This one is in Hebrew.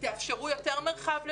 תאפשרו יותר מרחב למידה,